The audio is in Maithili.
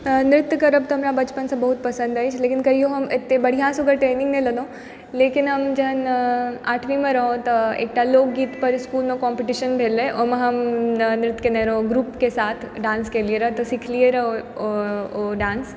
नृत्य करब तऽ हमरा बचपन सऽ बहुत पसंद अछि लेकिन कहियो हम एते बढ़िऑं सऽ ओकर ट्रेनिंग नहि लेलहुॅं लेकिन हम जहन आठवींमे रहौं तऽ एकटा लोकगीत पर स्कूलमे कॉम्पीटिशन भेलै ओहिमे हम नृत्य केने रहौं ग्रुप के साथ डांस केलियै रहऽ तऽ सीखलियै रहऽ ओ ओ डांस